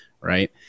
Right